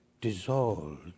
dissolved